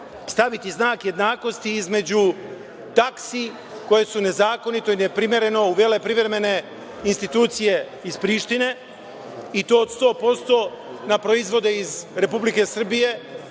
staviti znak jednakosti između taksi koje su nezakonito i neprimereno uvele privremene institucije iz Prištine, i to od 100% na proizvode iz Republike Srbije